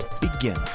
begin